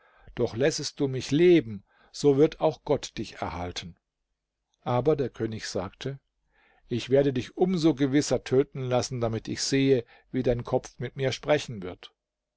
doch lässest du mich leben so wird auch gott dich erhalten aber der könig sagte ich werde dich um so gewisser töten lassen damit ich sehe wie dein kopf mit mir sprechen wird